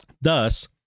Thus